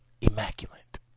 immaculate